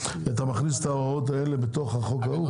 אתה מכניס את ההוראות האלה בתוך החוק ההוא?